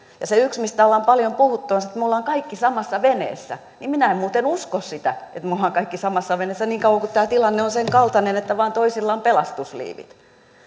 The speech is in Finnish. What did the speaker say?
ja se yksi mistä on paljon puhuttu on se että me olemme kaikki samassa veneessä minä en muuten usko sitä että me olemme kaikki samassa veneessä niin kauan kuin tämä tilanne on senkaltainen että vain toisilla on pelastusliivit